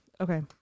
okay